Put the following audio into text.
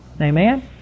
Amen